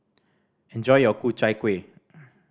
enjoy your Ku Chai Kueh